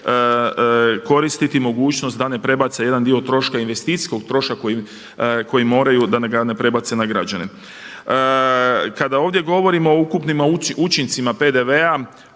koristiti mogućnost da ne prebace jedan dio troška investicijskog troška koji moraju da ga ne prebace na građane. Kada ovdje govorimo o ukupnim učincima PDV-a,